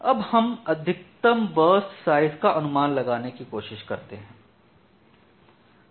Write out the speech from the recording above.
अब हम अधिकतम बर्स्ट साइज़ का अनुमान लगाने की कोशिश करते हैं